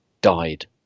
died